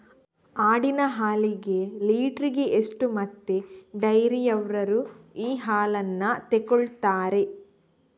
ಆಡಿನ ಹಾಲಿಗೆ ಲೀಟ್ರಿಗೆ ಎಷ್ಟು ಮತ್ತೆ ಡೈರಿಯವ್ರರು ಈ ಹಾಲನ್ನ ತೆಕೊಳ್ತಾರೆ?